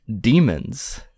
demons